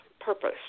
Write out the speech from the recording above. purpose